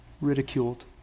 ridiculed